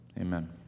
Amen